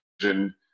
vision